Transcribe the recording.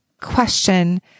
question